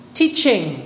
teaching